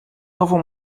nową